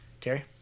Terry